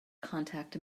contact